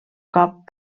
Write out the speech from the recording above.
cop